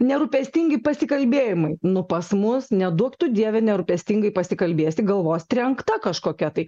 nerūpestingi pasikalbėjimai nu pas mus neduok tu dieve nerūpestingai pasikalbėsi galvos trenkta kažkokia tai